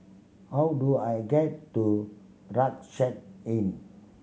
how do I get to Rucksack Inn